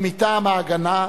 ומטעם "ההגנה",